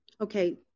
okay